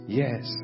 yes